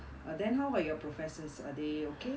then how about your professors are they okay